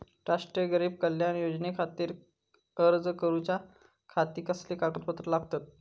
राष्ट्रीय गरीब कल्याण योजनेखातीर अर्ज करूच्या खाती कसली कागदपत्रा लागतत?